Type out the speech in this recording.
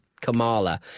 Kamala